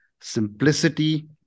simplicity